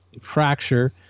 fracture